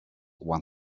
one